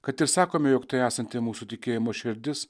kad ir sakome jog tai esanti mūsų tikėjimo širdis